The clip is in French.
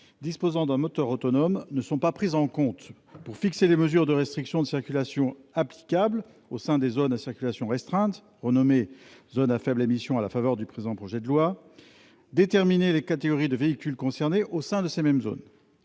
disposant d'un moteur autonome, ne sont pas prises en compte pour fixer les mesures de restriction de circulation applicables au sein des zones à circulation restreinte, renommées zones à faibles émissions à la faveur du présent projet de loi d'orientation des mobilités, et déterminer les catégories de véhicules concernés au sein de ces mêmes zones.